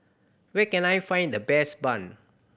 where can I find the best bun